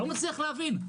לא מצליח להבין,